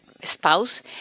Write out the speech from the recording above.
spouse